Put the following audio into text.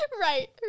Right